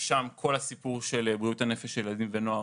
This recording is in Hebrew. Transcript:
ששם כל הסיפור של בריאות הנפש של ילדים ונוער